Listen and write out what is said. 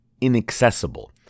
inaccessible